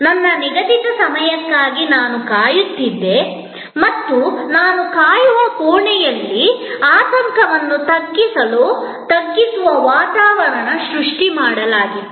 ನನ್ನ ನಿಗದಿತ ಸಮಯಕ್ಕಾಗಿ ನಾನು ಕಾಯುವ ಕೋಣೆಯಲ್ಲಿ ಕಾಯುತ್ತಿದ್ದೆ ಅಲ್ಲಿ ಜನರು ದಂತವೈದ್ಯರನ್ನು ಭೇಟಿ ಮಾಡಿದಾಗ ಭಾವಿಸುವ ಆತಂಕದ ಮಟ್ಟವನ್ನು ತಗ್ಗಿಸಲು ಪ್ರಯತ್ನಿಸುತ್ತಿದರು